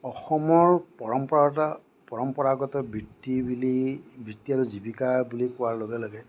অসমৰ পৰম্পৰতা পৰম্পৰাগত বৃত্তি বুলি বৃত্তি আৰু জীৱিকা বুলি কোৱাৰ লগে লগে